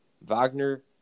Wagner